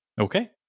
Okay